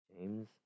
James